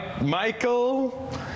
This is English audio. Michael